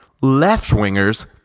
left-wingers